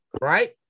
Right